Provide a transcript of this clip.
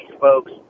folks